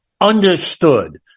understood